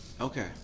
Okay